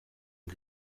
ngo